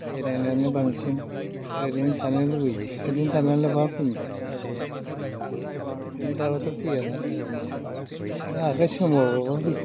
बेरायनानै बांसिन ओरैनो थानो लुबैयो ओरैनो थानानैलाय बहा फैनो थाखा फैसाया ओरैनो थाबाथ' फैयाना थाखा फैसाया नों आखाइ सोमावबा फैगोन